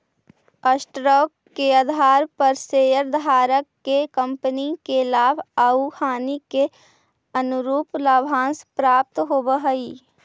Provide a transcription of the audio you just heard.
stock के आधार पर शेयरधारक के कंपनी के लाभ आउ हानि के अनुरूप लाभांश प्राप्त होवऽ हई